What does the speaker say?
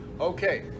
Okay